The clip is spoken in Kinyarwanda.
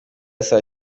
saa